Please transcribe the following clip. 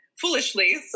foolishly